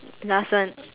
last one